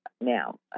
now